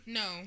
no